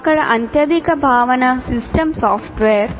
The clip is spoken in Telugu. ఇక్కడ అత్యధిక భావన సిస్టమ్ సాఫ్ట్వేర్